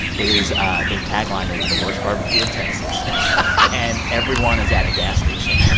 it is their tagline is the worst barbecue in texas and every one is at a gas station.